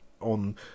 on